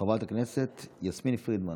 חברת הכנסת יסמין פרידמן,